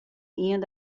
ien